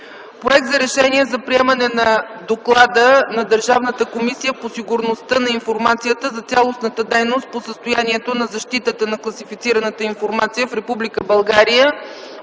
Проект за Решение за приемане на доклада на Държавната комисия по сигурността на информацията за цялостната дейност по състоянието на защитата на класифицираната информация в